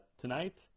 tonight